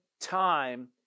time